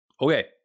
Okay